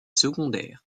secondaire